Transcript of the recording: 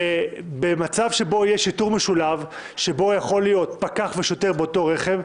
במצב שבו יש שיטור משולב שבו יכולים להיות פקח ושוטר באותו רכב,